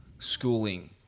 schooling